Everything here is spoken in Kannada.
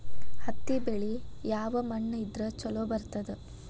ಹತ್ತಿ ಬೆಳಿ ಯಾವ ಮಣ್ಣ ಇದ್ರ ಛಲೋ ಬರ್ತದ?